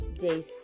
day